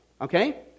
Okay